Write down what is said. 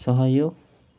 सहयोग